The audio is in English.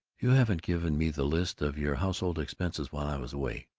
you haven't given me the list of your household expenses while i was away.